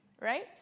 right